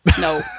no